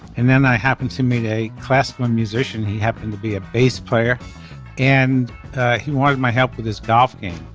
and then i happened to meet a classical um musician. he happened to be a bass player and he wanted my help with his golf game.